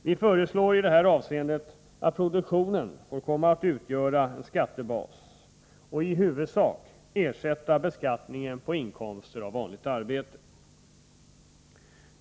Vi föreslår i detta avseende att produktionen får komma att utgöra skattebas och att beskattningen på inkomster av vanligt arbete i huvudsak upphör.